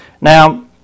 Now